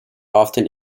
often